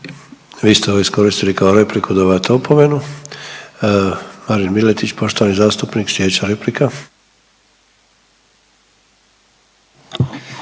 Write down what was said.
Vi ste ovo iskoristili kao repliku dobivate opomenu. Marin Miletić poštovani zastupnik, sljedeće replika.